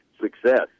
success